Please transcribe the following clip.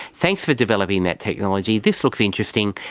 thanks for developing that technology, this looks interesting,